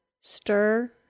stir